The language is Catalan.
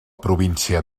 província